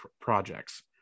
projects